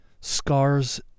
Scars